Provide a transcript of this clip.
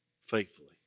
faithfully